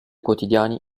quotidiani